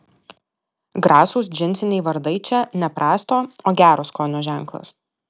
grasūs džinsiniai vardai čia ne prasto o gero skonio ženklas